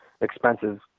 expensive